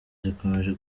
zikomeje